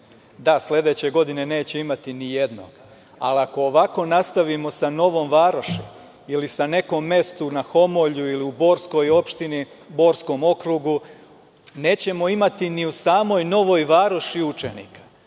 Da, sledeće godine neće imati ni jednog, ali ako ovako nastavimo sa Novom Varoši, ili sa nekim mestom na Homolju ili u Borskoj opštini, Borskom okrugu, nećemo imati ni u samoj Novoj Varoši učenika,